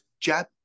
jab